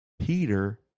Peter